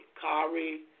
Kari